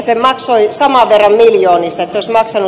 se maksoi saman verran miljoonissa